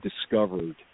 discovered